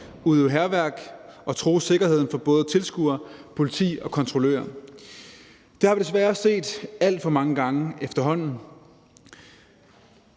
slås, udøve hærværk og true sikkerheden for både tilskuere, politi og kontrollører. Det har vi desværre set alt for mange gange efterhånden.